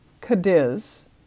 Cadiz